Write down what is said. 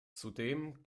zudem